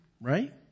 Right